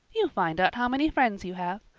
you find out how many friends you have.